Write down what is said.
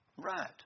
Right